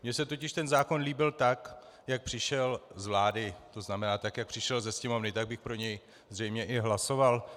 Mně se totiž ten zákon líbil tak, jak přišel z vlády, to znamená, tak jak přišel do Sněmovny, tak bych pro něj zřejmě i hlasoval.